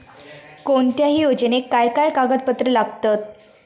कोणत्याही योजनेक काय काय कागदपत्र लागतत?